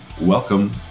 Welcome